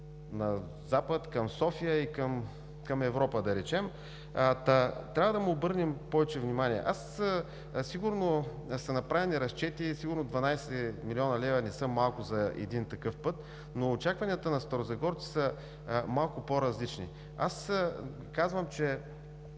на запад, към София и към Европа, да речем. Трябва да му обърнем повече внимание. Сигурно са направени разчети, сигурно 12 млн. лв. не са малко за един такъв път, но очакванията на старозагорци са малко по-различни. Те чакат вече